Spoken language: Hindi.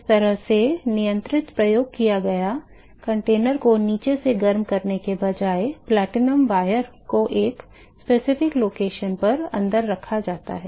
जिस तरह से नियंत्रित प्रयोग किया गया कंटेनर को नीचे से गर्म करने के बजाय प्लेटिनम तार को एक विशिष्ट स्थान पर अंदर रखा जाता है